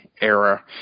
era